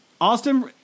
Austin